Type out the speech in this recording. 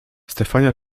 stefania